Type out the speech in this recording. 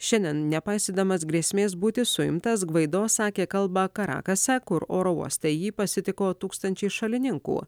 šiandien nepaisydamas grėsmės būti suimtas gvaido sakė kalbą karakase kur oro uoste jį pasitiko tūkstančiai šalininkų